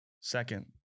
second